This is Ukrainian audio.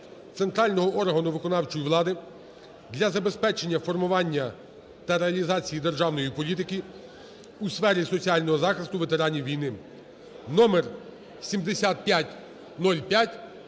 центрального органу виконавчої влади для забезпечення формування та реалізації державної політики у сфері соціального захисту ветеранів війни